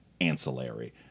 ancillary